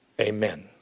Amen